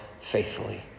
faithfully